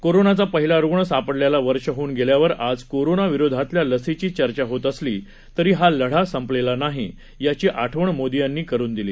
कोरोनाचा पहिला रुग्ण सापडल्याला वर्ष होऊन गेल्यावर आज कोरोना विरोधातल्या लसीची चर्चा होत असली तरी हा लढा संपलेला नाही याची आठवण मोदी यांनी करून दिली